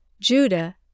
Judah